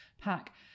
pack